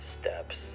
steps